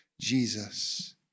Jesus